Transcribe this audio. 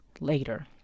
later